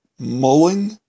mulling